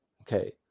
okay